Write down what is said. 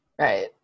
Right